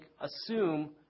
assume